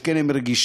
שכן הם מרגישים,